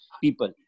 people